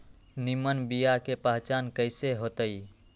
निमन बीया के पहचान कईसे होतई?